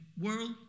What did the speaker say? world